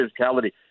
physicality